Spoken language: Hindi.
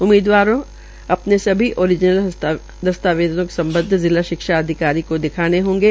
उम्मीदवारों अपने सभी ओरीजंनल दस्तावेज़ संबद्ध जिला शिक्षा अधिकारी को दिखाने होंगे